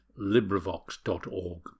LibriVox.org